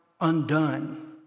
undone